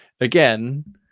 again